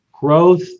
Growth